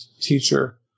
teacher